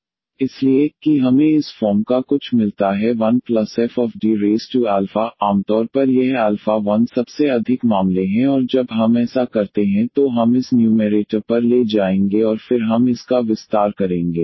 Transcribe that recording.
इसलिए कि हमें इस फॉर्म का कुछ मिलता है 1±FD आमतौर पर यह alpha 1 सबसे अधिक मामले हैं और जब हम ऐसा करते हैं तो हम इस न्यूमैरेटर पर ले जाएंगे और फिर हम इसका विस्तार करेंगे